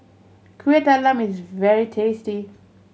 Kuih Talam is very tasty